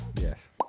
Yes